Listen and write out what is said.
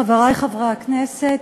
חברי חברי הכנסת,